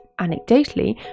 anecdotally